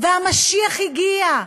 והמשיח הגיע.